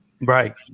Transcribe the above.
Right